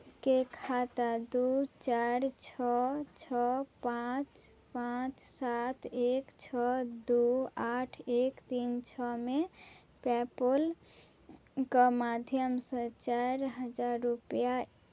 के खाता दू चारि छओ छओ पाँच पाँच सात एक छओ दू आठ एक तीन छओ मे पे पल केँ माध्यमसँ चारि हजार रुपैआ